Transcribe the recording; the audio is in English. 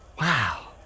Wow